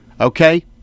okay